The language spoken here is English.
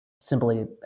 simply